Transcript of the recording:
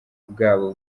bwabo